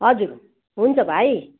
हजुर हुन्छ भाइ